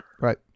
right